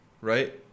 right